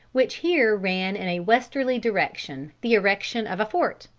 which here ran in a westerly direction, the erection of a fort.